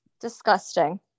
disgusting